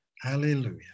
hallelujah